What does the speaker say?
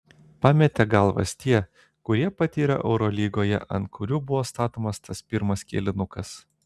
pametė galvas tie kurie patyrę eurolygoje ant kurių buvo statomas tas pirmas kėlinukas